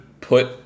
put